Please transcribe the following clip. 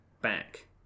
back